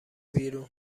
بیرون